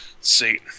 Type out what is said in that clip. see